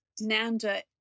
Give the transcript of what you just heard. Nanda